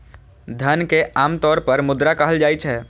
धन कें आम तौर पर मुद्रा कहल जाइ छै